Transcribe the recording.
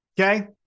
Okay